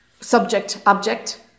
subject-object